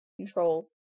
Control